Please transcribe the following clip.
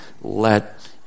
let